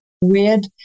weird